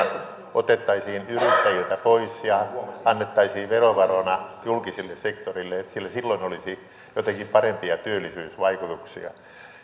otettaisiin yrittäjiltä pois ja annettaisiin verovaroina julkiselle sektorille sillä silloin olisi jotenkin parempia työllisyysvaikutuksia